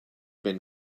been